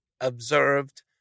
observed